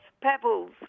pebbles